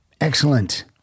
Excellent